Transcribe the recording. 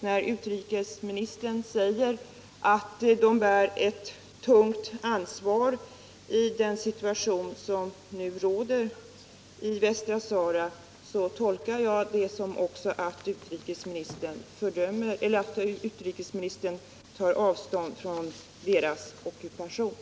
När utrikesministern säger att dessa länder bär ett tungt ansvar för den situation som nu råder i Västra Sahara, så tolkar jag det också som att utrikesministern tar avstånd från deras ockupation.